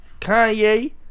Kanye